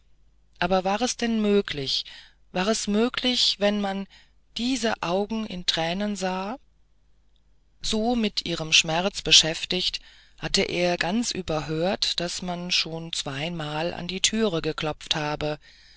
aber war es denn möglich war das möglich wenn man dieses auge in tränen sah so mit ihrem schmerz beschäftigt hatte er ganz überhört daß man schon zweimal an der türe geklopft habe